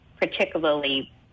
particularly